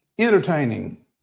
entertaining